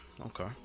Okay